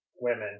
women